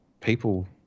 people